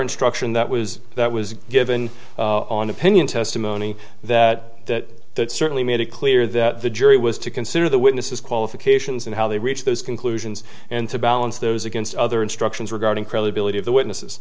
instruction that was that was given on opinion testimony that that that certainly made it clear that the jury was to consider the witnesses qualifications and how they reached those conclusions and to balance those against other instructions regarding credibility of the